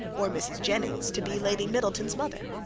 or mrs. jennings to be lady middleton's mother.